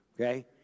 Okay